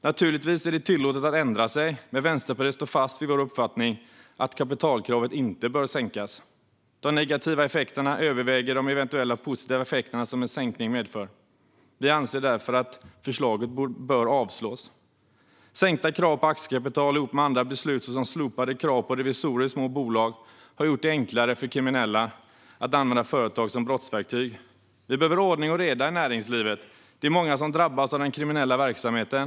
Naturligtvis är det tillåtet att ändra sig, men Vänsterpartiet står fast vid vår uppfattning att kapitalkravet inte bör sänkas. De negativa effekterna överväger de eventuella positiva effekter som en sänkning medför. Vi anser därför att förslaget i propositionen bör avslås. Sänkta krav på aktiekapital ihop med andra beslut såsom slopade krav på revisorer i små bolag har gjort det enklare för kriminella att använda företag som brottsverktyg. Vi behöver ordning och reda i näringslivet. Det är många som drabbas av den kriminella verksamheten.